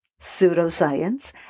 Pseudoscience